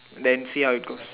then see how it goes